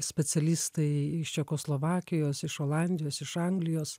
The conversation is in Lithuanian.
specialistai iš čekoslovakijos iš olandijos iš anglijos